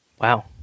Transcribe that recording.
Wow